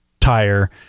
tire